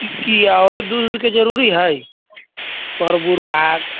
की की आओरो दूधके जरूरी हइ पर्व ओर्व आब